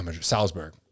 Salzburg